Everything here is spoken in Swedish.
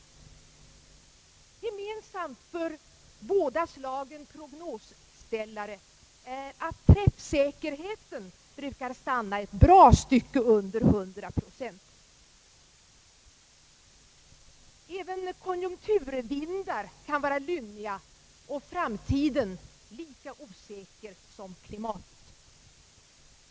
Gemensamt för båda slagen av prognosställare är att träffsäkerheten brukar stanna ett bra stycke under 100 procent. Även konjunkturvindar kan vara lynniga och framtiden lika osäker som klimatet.